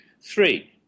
Three